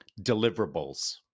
deliverables